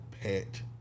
pet